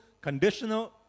conditional